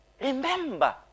Remember